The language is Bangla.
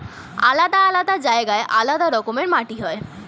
আলাদা আলাদা জায়গায় আলাদা রকমের মাটি হয়